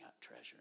treasure